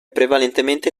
prevalentemente